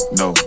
no